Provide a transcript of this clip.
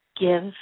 give